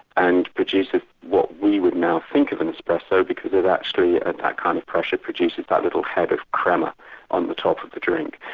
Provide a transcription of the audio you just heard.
and produces what we would now think of an espresso, because it actually, at that kind of pressure, produces that little head of crema on the top of the drink.